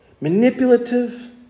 manipulative